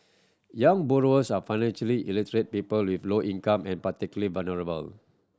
young borrowers and financially illiterate people with low income and particularly vulnerable